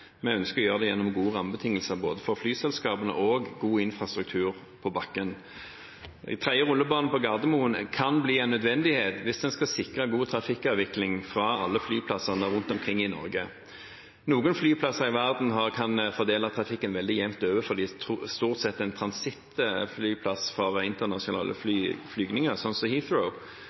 Vi ønsker å gjøre det gjennom gode rammebetingelser for flyselskapene og god infrastruktur på bakken. En tredje rullebane på Gardermoen kan bli en nødvendighet hvis en skal sikre god trafikkavvikling fra alle flyplassene rundt omkring i Norge. Noen flyplasser i verden kan fordele trafikken veldig jevnt fordi de stort sett er en transittflyplass for internasjonale flygninger, sånn som Heathrow,